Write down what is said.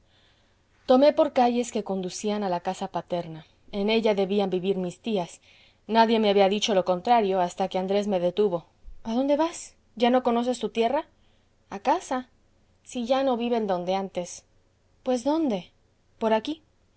tomé por calles que conducían a la casa paterna en ella debían vivir mis tías nadie me había dicho lo contrario hasta que andrés me detuvo a dónde vas ya no conoces tu tierra a casa si ya no viven donde antes pues dónde por aquí